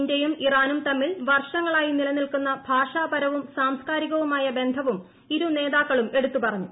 ഇന്തൃയും ഇറാനും തമ്മിൽ വർഷങ്ങളായി നിലനിൽക്കുന്ന ഭാഷാപരവും സാംസ്കാരികവുമായ ബന്ധവും ഇരുനേതാക്കളും എടുത്തു പറഞ്ഞു